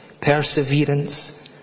perseverance